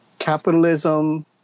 Capitalism